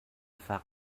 faak